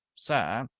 sir?